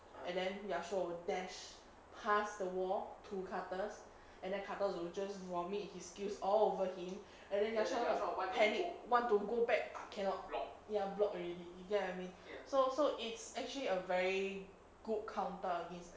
and then yasuo will dash past the wall to karthus and then karthus will just vomit his skills all over him and then yasuo panic want to go back cannot ya block already you get what I mean so so it's actually a very good counter against